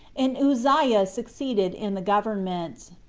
and uzziah succeeded in the government.